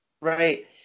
right